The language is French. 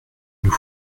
nous